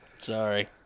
Sorry